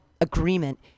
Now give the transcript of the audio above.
agreement